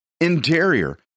interior